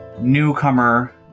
newcomer